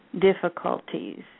difficulties